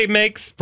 makes